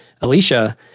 Alicia